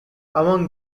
among